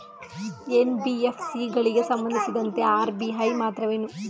NBFC ಗಳಿಗೆ ಸಂಬಂಧಿಸಿದಂತೆ RBI ಪಾತ್ರವೇನು?